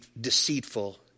deceitful